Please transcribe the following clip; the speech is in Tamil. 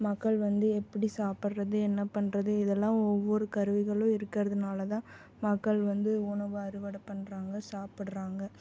மக்கள் வந்து எப்படி சாப்பிட்றது என்ன பண்ணுறது இதெல்லாம் ஒவ்வொரு கருவிகளும் இருக்கிறதுனால தான் மக்கள் வந்து உணவை அறுவடை பண்ணுறாங்க சாப்பிட்றாங்க